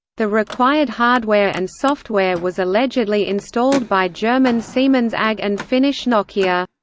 the required hardware and software was allegedly installed by german siemens ag and finnish nokia.